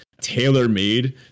tailor-made